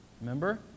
Remember